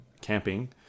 camping